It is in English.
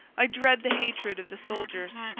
i dread the hatred of the soldiers,